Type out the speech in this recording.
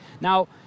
Now